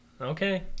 Okay